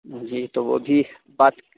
جی تو وہ بھی بات